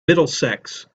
middlesex